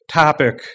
topic